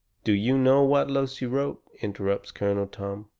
do you know what lucy wrote? interrupts colonel tom.